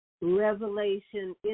revelation